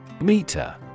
Meter